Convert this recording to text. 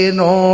no